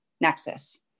Nexus